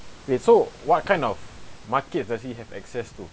wait so what kind of market does he have access to